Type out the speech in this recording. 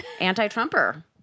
anti-Trumper